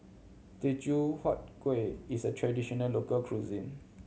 Teochew Huat Kuih is a traditional local cuisine